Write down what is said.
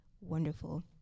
wonderful